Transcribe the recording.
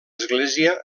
església